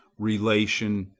relation,